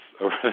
over